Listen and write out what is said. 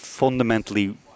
fundamentally